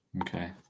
Okay